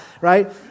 right